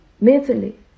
mentally